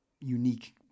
unique